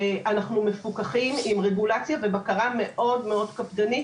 אנחנו מפוקחים עם רגולציה ובקרה מאוד קפדנית,